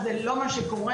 זה לא מה שקורה.